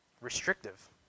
restrictive